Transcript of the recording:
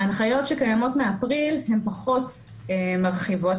ההנחיות שקיימות מאפריל הן פחות מרחיבות